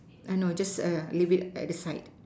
I know just err leave it at the side